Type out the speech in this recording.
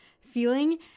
feeling